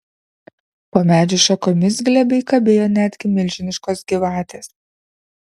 po medžių šakomis glebiai kabėjo netgi milžiniškos gyvatės